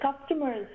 customers